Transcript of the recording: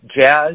jazz